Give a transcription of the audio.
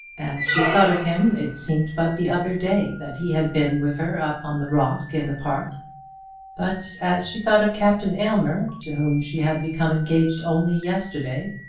as she thought of him, it seemed but the other day that he had been with her up on the rock in the park but as she thought of captain aylmer, to whom she had become engaged only yesterday,